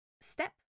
step